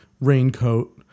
raincoat